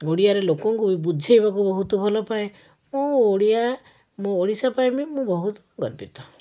ଓଡ଼ିଆରେ ବି ଲୋକଙ୍କୁ ବୁଝେଇବାକୁ ବହୁତ ଭଲପାଏ ମୁଁ ଓଡ଼ିଆ ମୁଁ ଓଡ଼ିଶା ପାଇଁ ବି ବହୁତ ଗର୍ବିତ